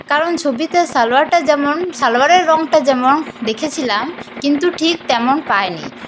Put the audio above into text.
কারণ ছবিতে সালোয়ারটা যেমন সালোয়ারের রঙটা যেমন দেখেছিলাম কিন্তু ঠিক তেমন পাইনি